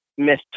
Mr